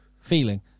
feeling